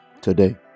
today